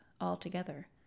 altogether